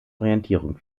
orientierung